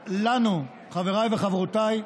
ואין לנו, חבריי וחברותיי,